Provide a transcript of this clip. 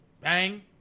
bang